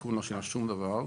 התיקון לא שינה שום דבר.